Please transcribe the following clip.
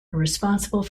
responsible